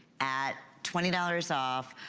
at twenty dollars off,